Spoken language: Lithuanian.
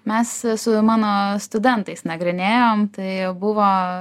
mes su mano studentais nagrinėjam tai buvo